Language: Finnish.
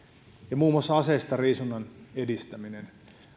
ja muun muassa aseistariisunnan edistäminen